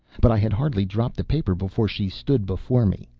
but i had hardly dropped the paper before she stood before me.